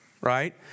right